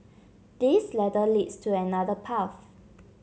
this ladder leads to another path